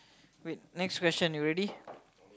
wait next question you ready